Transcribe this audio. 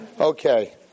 Okay